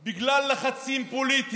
מחליטים על סגר בגלל לחצים פוליטיים.